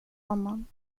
honom